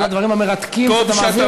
הדברים המרתקים שאתה מעביר לנו פה אחר כך.